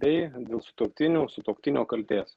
bei dėl sutuoktinių sutuoktinio kaltės